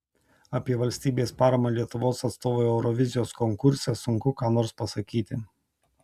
apie valstybės paramą lietuvos atstovui eurovizijos konkurse sunku ką nors pasakyti